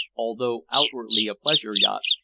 although outwardly a pleasure yacht,